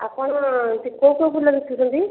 ଆପଣ ସେ କେଉଁ କେଉଁ ଫୁଲ ବିକୁଛନ୍ତି